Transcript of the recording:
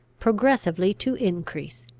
progressively to increase.